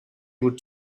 would